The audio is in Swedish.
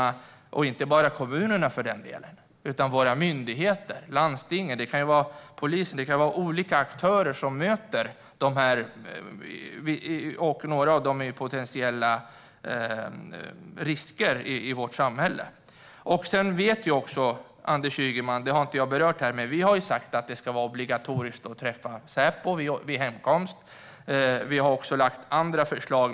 Det gäller förresten inte bara kommunerna utan även landstingen, myndigheterna, polisen och andra aktörer som möter personer som kan vara potentiella risker i samhället. Jag har inte berört det, men Anders Ygeman vet att vi har sagt att det ska vara obligatoriskt att träffa Säpo vid hemkomst och att vi även har lagt fram andra förslag.